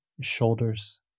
Shoulders